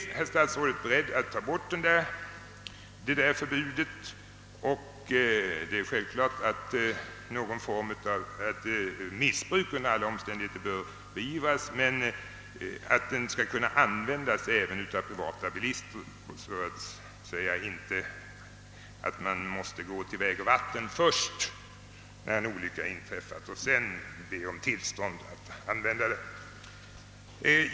Är statsrådet beredd att upphäva detta förbud? Det är självklart att missbruk under alla omständigheter bör beivras, men jag anser att anordningen skall kunna användas även av privata bilister, utan att man skall behöva gå till vägoch vatten först när en olycka inträffat och be om tillstånd att få använda den.